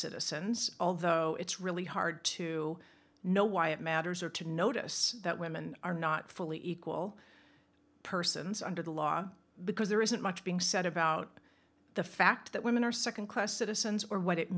citizens although it's really hard to know why it matters or to notice that women are not fully equal persons under the law because there isn't much being said about the fact that women are second class citizens or what it